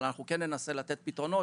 אבל אנחנו כן ננסה לתת פתרונות,